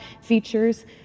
features